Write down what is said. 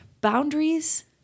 boundaries